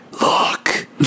Look